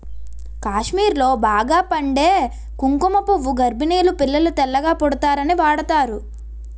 కాశ్మీర్లో బాగా పండే కుంకుమ పువ్వు గర్భిణీలు పిల్లలు తెల్లగా పుడతారని వాడుతారు